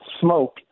smoke